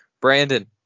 Brandon